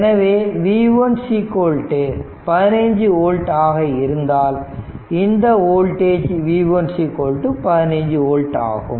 எனவே v 1 15 volt ஆக இருந்தால் இந்த வோல்டேஜ் v 1 15 ஓல்ட் ஆகும்